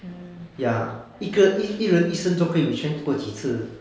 ya 一个人一人一生中可以 retrench 过几次